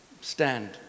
stand